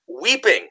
weeping